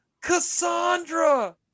Cassandra